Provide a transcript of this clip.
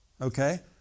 Okay